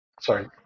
sorry